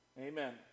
Amen